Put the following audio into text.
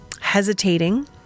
hesitating